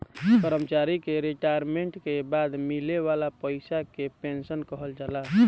कर्मचारी के रिटायरमेंट के बाद मिले वाला पइसा के पेंशन कहल जाला